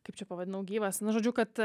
kaip čia pavadinau gyvas nu žodžiu kad